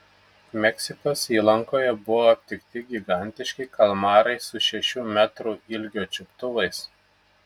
meksikos įlankoje buvo aptikti gigantiški kalmarai su šešių metrų ilgio čiuptuvais